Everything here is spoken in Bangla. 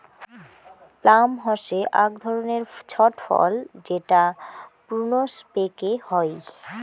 প্লাম হসে আক ধরণের ছট ফল যেটা প্রুনস পেকে হই